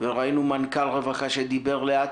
וראינו את מנכ"ל משרד הרווחה שדיבר לאט,